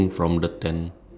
tennis balls